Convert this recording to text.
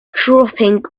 dropping